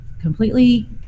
completely